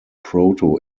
proto